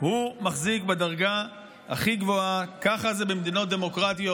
מחזיק בדרגה הכי גבוהה, ככה זה במדינות דמוקרטיות.